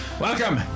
Welcome